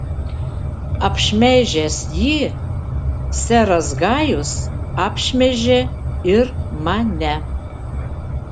apšmeižęs jį seras gajus apšmeižė ir mane